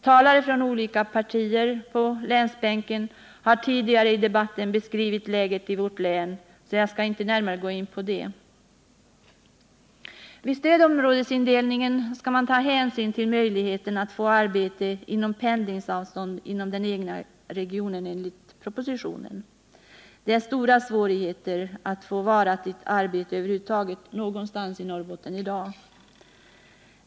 Talare från olika partier på länsbänken har tidigare i debatten beskrivit läget i vårt län, och jag skall därför inte närmare gå in på det. Vid stödområdesindelningen skall man ta hänsyn till möjligheten att få arbete inom pendlingsavstånd inom den egna regionen, enligt propositionen. Men det är stora svårigheter att få varaktigt arbete över huvud taget någonstans i Norrbotten i dag.